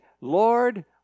Lord